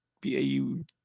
b-a-u